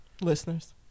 Listeners